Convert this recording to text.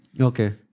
Okay